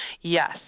Yes